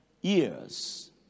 years